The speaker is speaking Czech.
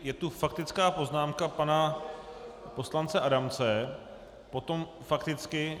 Je tu faktická poznámka pana poslance Adamce, potom fakticky?